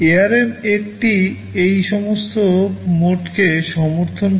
ARM এই সমস্ত মোডকে সমর্থন করে